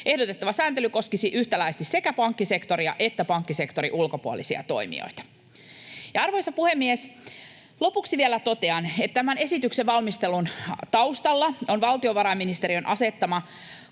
Ehdotettava sääntely koskisi yhtäläisesti sekä pankkisektoria että pankkisektorin ulkopuolisia toimijoita. Arvoisa puhemies! Lopuksi vielä totean, että tämän esityksen valmistelun taustalla ovat valtiovarainministeriön asettaman